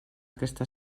aquesta